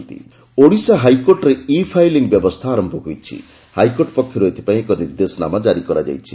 ଇ filing Odisha ହାଇକୋର୍ଟରେ e filing ବ୍ୟବସ୍ଥା ଆର ହାଇକୋର୍ଟ ପକ୍ଷରୁ ଏଥ୍ପାଇଁ ଏକ ନିର୍ଦ୍ଦେଶନାମା କାରି କରାଯାଇଛି